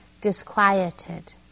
disquieted